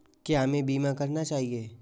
क्या हमें बीमा करना चाहिए?